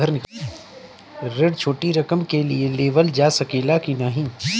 ऋण छोटी रकम के लिए लेवल जा सकेला की नाहीं?